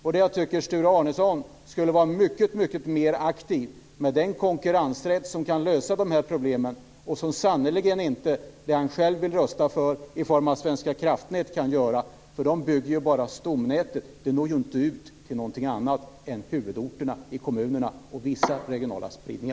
Jag tycker att Sture Arnesson skulle vara mycket mer aktiv med den konkurrensrätt som kan lösa de här problemen, vilket sannerligen inte det han själv vill rösta för i form av Svenska Kraftnät kan göra. De bygger bara stomnätet. Det når inte ut till något annat än huvudorterna i kommunerna och får viss regional spridning.